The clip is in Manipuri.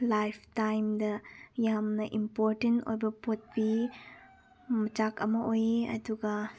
ꯂꯥꯏꯐ ꯇꯥꯏꯝꯗ ꯌꯥꯝꯅ ꯏꯝꯄꯣꯔꯇꯦꯟ ꯑꯣꯏꯕ ꯄꯣꯠ ꯄꯤ ꯃꯆꯥꯛ ꯑꯃ ꯑꯣꯏꯌꯦ ꯑꯗꯨꯒ